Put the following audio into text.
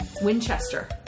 Winchester